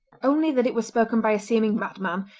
only that it was spoken by a seeming madman,